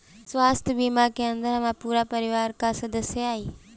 स्वास्थ्य बीमा के अंदर हमार पूरा परिवार का सदस्य आई?